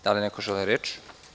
Da li neko želi reč?